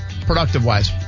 productive-wise